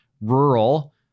rural